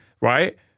right